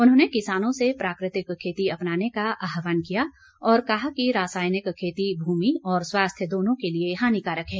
उन्होंने किसानों से प्राकृतिक खेती अपनाने का आहवान किया और कहा कि रासायनिक खेती भूमि और स्वास्थ्य दोनों के लिए हानिकारक है